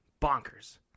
Bonkers